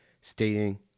stating